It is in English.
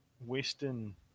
Western